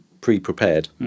pre-prepared